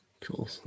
Cool